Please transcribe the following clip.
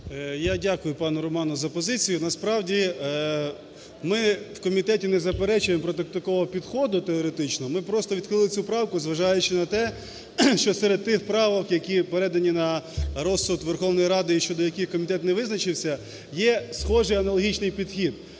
Я дякую пану Роману за позицію. Насправді ми в комітеті не заперечуємо проти такого підходу теоретичного. Ми просто відхилили цю правку, зважаючи на те, що серед тих правок, які передані на розсуд Верховної Ради і щодо яких комітет не визначився, є схожий аналогічний підхід,